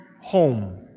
home